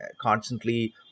Constantly